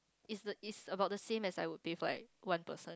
it's the it's about the same as I would pay for about like one person